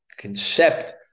concept